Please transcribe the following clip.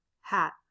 hat